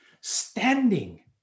standing